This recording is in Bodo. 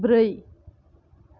ब्रै